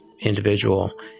individual